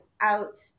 out